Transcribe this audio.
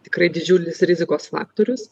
tikrai didžiulis rizikos faktorius